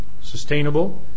sustainable